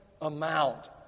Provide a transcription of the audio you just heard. amount